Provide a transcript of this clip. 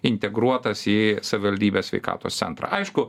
integruotas į savivaldybės sveikatos centrą aišku